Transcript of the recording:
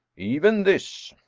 even this.